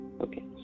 Okay